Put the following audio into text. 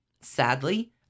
Sadly